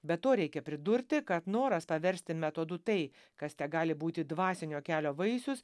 be to reikia pridurti kad noras paversti metodu tai kas tegali būti dvasinio kelio vaisius